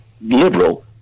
liberal